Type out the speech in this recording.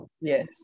Yes